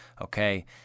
okay